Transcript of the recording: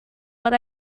but